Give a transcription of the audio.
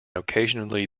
occasionally